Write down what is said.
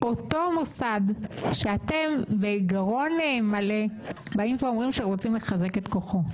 אותו מוסד שאתם בגרון מלא באים ואומרים שאתם רוצים לחזק את כוחו,